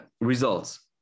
results